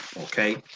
Okay